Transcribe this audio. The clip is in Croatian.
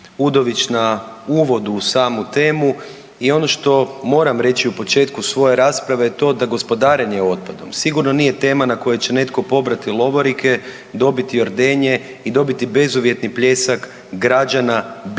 Uvodić na uvodu u samu temu i ono što moram reći u početku svoje rasprave je to da gospodarenje otpadom sigurno nije tema na kojoj će netko pobrati lovorike, dobiti ordenje i dobiti bezuvjetni pljesak građana bilo